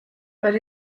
but